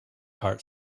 heart